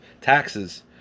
taxes